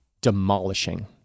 demolishing